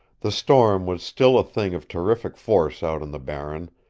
the storm was still a thing of terrific force out on the barren,